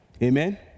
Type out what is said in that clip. Amen